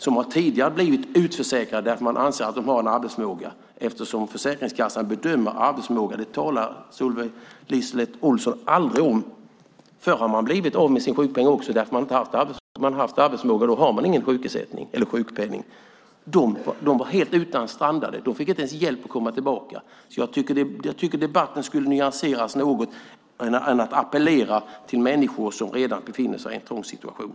De har tidigare blivit utförsäkrade därför att man har ansett att de har en arbetsförmåga. LiseLotte Olsson talar aldrig om hur Försäkringskassan bedömer arbetsförmåga och att människor tidigare har blivit av med sin sjukpeng eftersom de har ansetts ha arbetsförmåga och därför ingen rätt till sjukpenning. De var helt strandsatta och fick inte ens hjälp att komma tillbaka. Jag tycker att debatten borde nyanseras något för att appellera till människor som redan befinner sig i en trång situation.